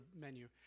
menu